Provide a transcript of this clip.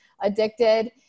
addicted